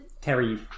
Terry